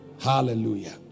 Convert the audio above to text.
Hallelujah